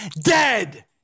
Dead